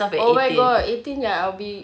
oh my god eighteen ya I'll be